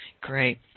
Great